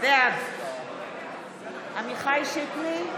בעד עמיחי שיקלי,